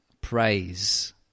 Praise